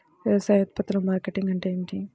వ్యవసాయ ఉత్పత్తుల మార్కెటింగ్ అంటే ఏమిటి?